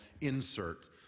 insert